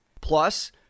Plus